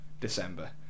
December